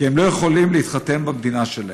כי הם לא יכולים להתחתן במדינה שלהם,